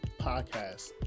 Podcast